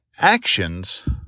actions